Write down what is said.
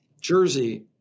jersey